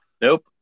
Nope